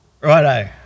Righto